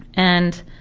and